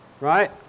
Right